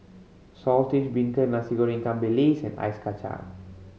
Saltish Beancurd Nasi Goreng ikan bilis and ice kacang